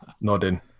nodding